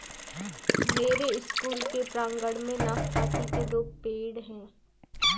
मेरे स्कूल के प्रांगण में नाशपाती के दो पेड़ हैं